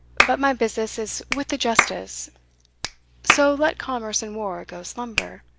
but my business is with the justice so let commerce and war go slumber.